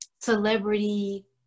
celebrity